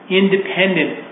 independent